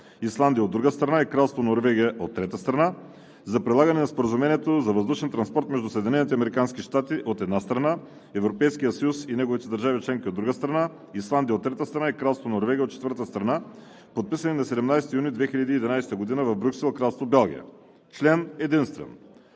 Исландия, от друга страна, и Кралство Норвегия, от трета страна, за прилагане на Споразумението за въздушен транспорт между Съединените американски щати, от една страна, Европейския съюз и неговите държави членки, от друга страна, Исландия, от трета страна, и Кралство Норвегия, от четвърта страна, подписани на 17 юни 2011 г. в Брюксел, Кралство Белгия. Член единствен.